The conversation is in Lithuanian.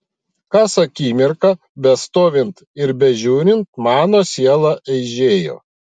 kas akimirką bestovint ir bežiūrint mano siela eižėjo